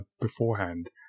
beforehand